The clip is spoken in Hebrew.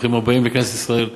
ברוכים הבאים לכנסת ישראל.